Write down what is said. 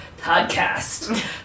podcast